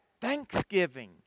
Thanksgiving